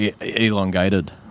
elongated